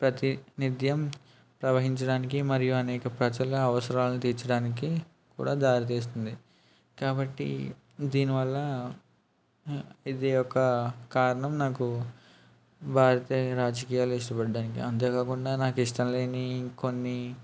ప్రతి నిత్యం ప్రవహించడానికి మరియు అనేక ప్రజల అవసరాలని తీర్చడానికి కూడా దారి తీస్తుంది కాబట్టి దీని వల్ల ఇది ఒక కారణం నాకు భారత రాజకీయాలు ఇష్టపడడానికి అంతే కాకుండా నాకు ఇష్టం లేని కొన్ని